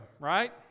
right